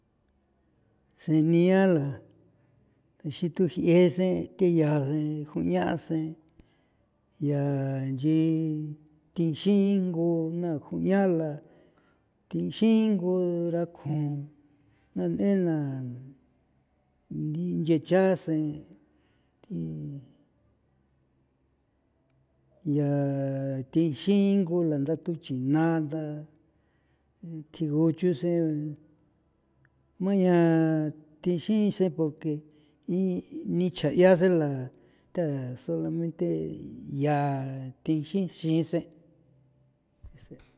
Senia la ixin thu'iese thi ya ju'ian seen yanchi thixin ngu na ju'ian la thinxi ngo rakjun na n'enla ngi chasen ya thixin ngo la nthathu chinala tji nguchu seen jman yaan thixin seen porque ini cha'yase la tha solamente ya thixi xi seen'.